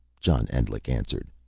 john endlich answered.